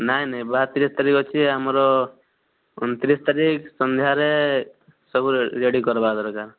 ନାହିଁ ନାହିଁ ବାହାଘର ତିରିଶ ତାରିଖ ଅଛି ଆମର ଅଣ ତିରିଶ ତାରିଖ ସନ୍ଧ୍ୟାରେ ସବୁ ରେଡ଼ି କରବା ଦରକାର